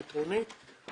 המטרונית,